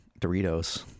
doritos